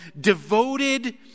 devoted